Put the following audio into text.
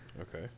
okay